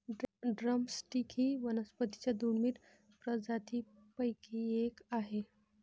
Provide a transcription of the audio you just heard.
drum stick ही वनस्पतीं च्या दुर्मिळ प्रजातींपैकी एक आहे